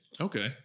okay